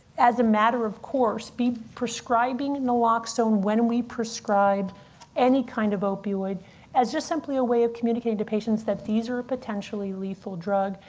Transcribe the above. as a matter of course, be prescribing naloxone when we prescribe any kind of opioid as just simply a way of communicating to patients that these are a potentially lethal drug?